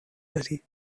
داری